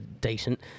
decent